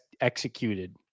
executed